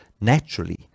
naturally